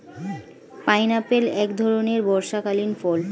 pineapple এক ধরণের বর্ষাকালীন ফল